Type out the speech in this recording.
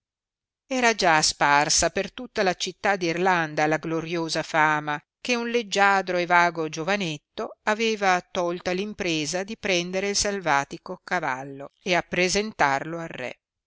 era già sparsa per tutta la città d irlanda la gloriosa fama che un leggiadro e vago giovanetto aveva tolta l impresa di prendere il salvatico cavallo e appresentarlo al re